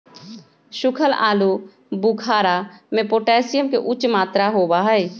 सुखल आलू बुखारा में पोटेशियम के उच्च मात्रा होबा हई